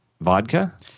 vodka